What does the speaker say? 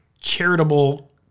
charitable